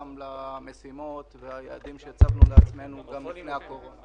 למשימות וליעדים שהצבנו לעצמנו גם לפני הקורונה.